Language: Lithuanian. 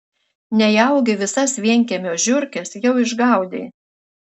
nejaugi visas vienkiemio žiurkes jau išgaudei